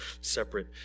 separate